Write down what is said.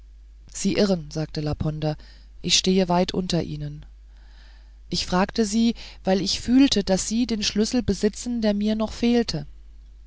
sie irren sagte laponder ich stehe weit unter ihnen ich fragte sie weil ich fühlte daß sie den schlüssel besitzen der mir noch fehlte